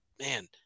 man